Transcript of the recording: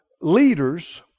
leaders